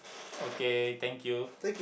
okay thank you